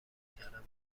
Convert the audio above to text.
کردن